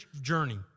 journey